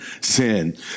sin